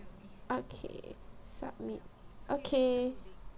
okay submit okay